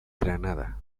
granada